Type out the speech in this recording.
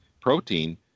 protein